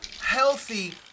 healthy